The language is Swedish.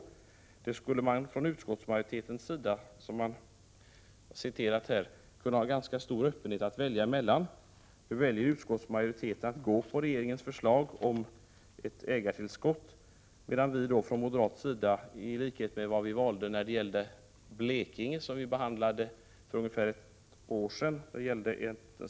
Med tanke på det jag nyss citerade borde utskottet kunna visa stor öppenhet när det gäller att välja mellan dessa förslag. Nu väljer utskottsmajoriteten att gå på regeringens förslag om ett ägartillskott, medan vi från moderat sida väljer låneformen, i likhet med vad vi valde när Blekingeinvest behandlades för ungefär ett år sedan.